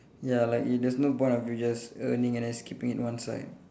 ya like there's no point of you just earning and just keeping it one side